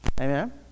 Amen